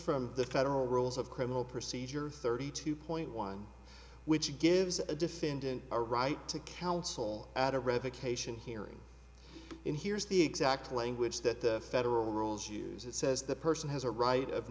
from the federal rules of criminal procedure thirty two point one which gives a defendant a right to counsel at a revocation hearing and here's the exact language that the federal rules use it says the person has a right of